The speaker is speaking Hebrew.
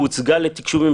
אפשר יהיה להציג אותה?